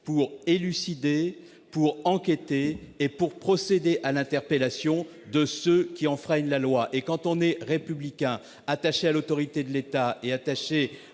pour élucider, enquêter et procéder à l'interpellation de ceux qui enfreignent la loi. Quand on est républicain, attaché à l'autorité de l'État et au